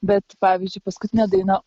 bet pavyzdžiui paskutinė daina